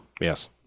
Yes